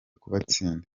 kubatsinda